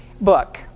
book